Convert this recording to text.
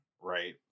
Right